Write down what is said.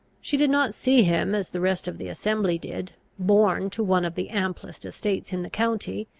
she did not see him, as the rest of the assembly did, born to one of the amplest estates in the county,